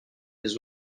des